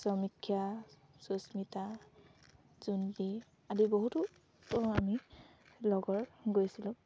শ্ৰমীক্ষা সুষ্মিতা জুম্পি আদি বহুতো আমি লগৰ গৈছিলোঁ